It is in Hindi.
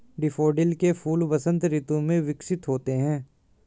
डैफोडिल के फूल वसंत ऋतु में विकसित होते हैं